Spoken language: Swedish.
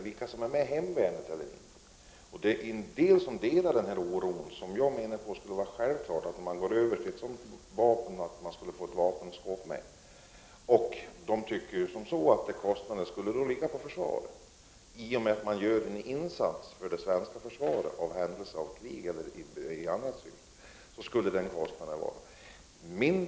Jag menar att det skulle vara självklart att man får tillgång till ett vapenskåp i och med att man går över till ett vapen som Ak4. Det finns alltså personer inom hemvärnet som delar min oro i denna fråga, och de anser att kostnaderna för anskaffande av vapenskåp skulle ligga på försvaret. I och med att man gör en insats för det svenska försvaret i händelse av krig eller i annat syfte borde försvaret stå för kostnaden.